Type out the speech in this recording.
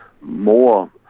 more